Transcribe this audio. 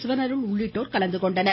சிவன் அருள் உள்ளிட்டோர் கலந்து கொண்டனர்